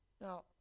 Now